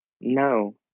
No